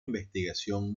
investigación